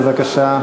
בבקשה.